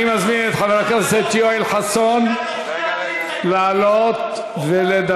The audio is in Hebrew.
אני מזמין את חבר הכנסת יואל חסון לעלות ולדבר.